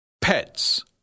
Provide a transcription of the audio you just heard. Pets